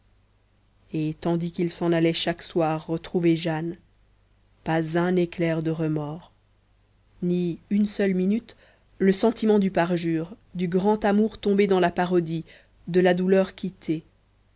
et tandis qu'il s'en allait chaque soir retrouver jane pas un éclair de remords ni une seule minute le sentiment du parjure du grand amour tombé dans la parodie de la douleur